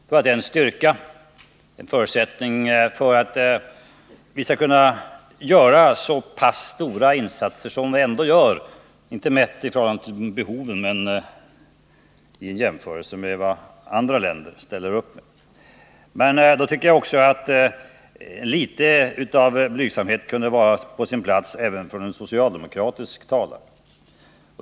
Det är en styrka och en förutsättning för att vi skall kunna göra så pass stora insatser som vi ändå gör — inte mätt i förhållande till behoven men i jämförelse med vad andra länder ställer upp med. Men samtidigt tycker jag att litet grand av blygsamhet kunde vara på sin plats även för en socialdemokratisk talare.